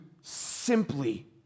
simply